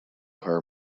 her